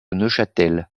neuchâtel